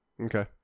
Okay